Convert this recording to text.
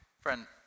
Friend